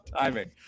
timing